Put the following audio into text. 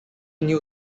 new